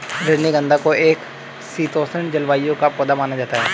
रजनीगंधा को एक शीतोष्ण जलवायु का पौधा माना जाता है